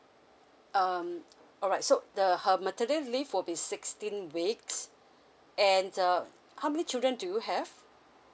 um alright so the her maternity leave will be sixteen weeks and uh how many children do you have